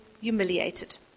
humiliated